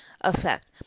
effect